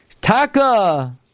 Taka